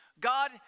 God